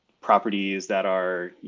properties that are, you